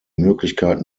möglichkeit